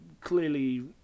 clearly